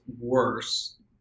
worse